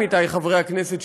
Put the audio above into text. עמיתי חברי הכנסת,